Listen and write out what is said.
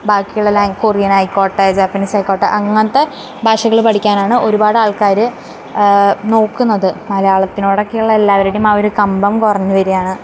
ബാക്കിയുള്ള ലാങ് കൊറിയനായിക്കോട്ടെ ജാപ്പനീസ് ആയിക്കോട്ടെ അങ്ങനത്തെ ഭാഷകൾ പഠിക്കാനാണ് ഒരുപാടാൾക്കാർ നോക്കുന്നത് മലയാളത്തിനോടൊക്കെയുള്ള എല്ലാവരുടേയും ആ ഒരു കമ്പം കുറഞ്ഞ് വരുകയാണ്